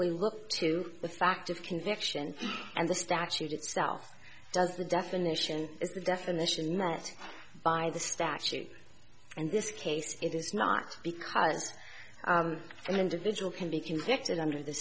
simply look to the fact of conviction and the statute itself does the definition is the definition met by the statute in this case it is not because an individual can be convicted under the